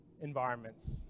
environments